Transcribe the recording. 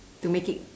to make it